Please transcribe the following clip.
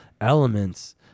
elements